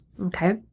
Okay